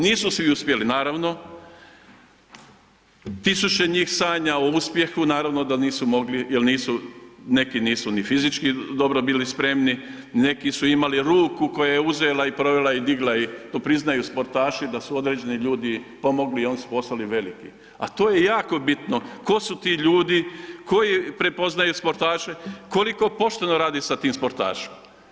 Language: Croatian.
Nisu svi uspjeli naravno, 1.000 njih sanja o uspjehu, naravno da nisu mogli, jel nisu, neki nisu ni fizički dobro bili spremni, neki su imali ruku koja je uzela i provela i digla i to priznaju sportaši da su određeni ljudi pomogli i oni su postali veliki, a to je jako bitno tko su ti ljudi koji prepoznaju sportaše, koliko pošteno radi sa tim sportašima.